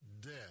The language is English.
dead